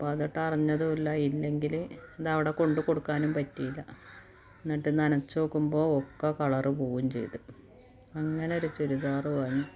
അപ്പം അതൊട്ട് അരിഞ്ഞതും ഇല്ല ഇല്ലെങ്കിൽ ഇത് അവിടെ കൊണ്ടുകൊടുക്കാനും പറ്റിയില്ല എന്നിട്ട് നനച്ച് നോക്കുമ്പോൾ ഒക്കെ കളറ് പോകുകയും ചെയ്ത് അങ്ങനെയൊരു ചുരിദാറ് വാങ്ങി